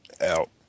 out